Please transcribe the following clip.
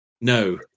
No